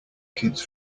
kids